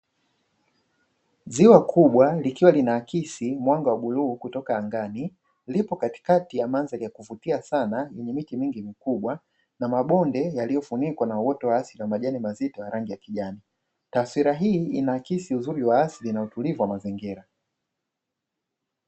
Ziwa kubwa likiwa linaakisi mwanga wa bluu kutoka angani, lipo katikati ya mandhari ya kuvutia sana yenye miti mingi mikubwa na mabonde yaliyofunikwa na uoto wa asili wa majani mazito ya rangi ya kijani. Taswira hii inaakisi uzuri wa asili na utulivu wa mazingira.